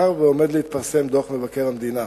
מאחר שעומד להתפרסם דוח מבקר המדינה,